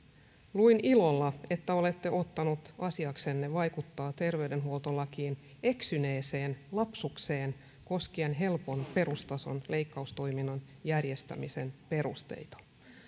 luin ilolla että olette ottanut asiaksenne vaikuttaa terveydenhuoltolakiin eksyneeseen lapsukseen koskien helpon perustason leikkaustoiminnan järjestämisen perusteita